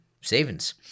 savings